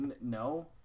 No